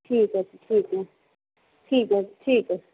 ਠੀਕ ਹੈ ਜੀ ਠੀਕ ਹੈ ਠੀਕ ਹੈ ਠੀਕ ਹੈ